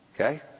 Okay